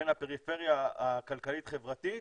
בין הפריפריה הכלכלית חברתית